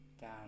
down